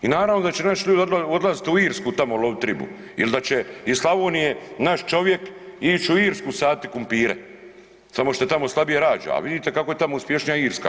I naravno da će naši ljudi odlazit u Irsku tamo lovit ribu il da će iz Slavonije naš čovjek ić u Irsku saditi kumpire, samo što tamo slabije rađa, a vidite kako je tamo uspješnija Irska.